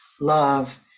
love